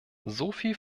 soviel